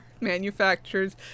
manufacturers